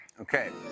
Okay